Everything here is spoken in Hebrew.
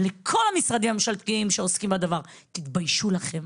ולכל המשרדים הממשלתיים שעוסקים בדבר: תתביישו לכם.